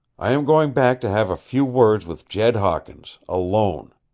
i am going back to have a few words with jed hawkins alone.